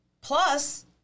Plus